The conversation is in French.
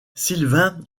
sylvain